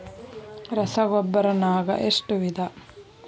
ರಸಗೊಬ್ಬರ ನಾಗ್ ಎಷ್ಟು ವಿಧ?